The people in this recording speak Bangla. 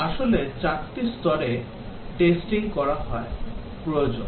আসলে চারটি স্তরে টেস্টিং করা প্রয়োজন